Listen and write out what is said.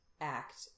act